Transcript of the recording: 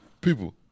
People